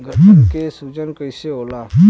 गर्दन के सूजन कईसे होला?